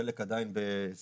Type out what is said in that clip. חלק עדיין בסגירות.